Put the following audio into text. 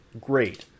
Great